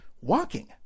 walking